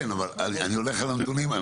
כן, אני הולך על הנתונים האלה.